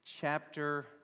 chapter